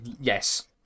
Yes